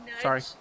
sorry